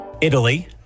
Italy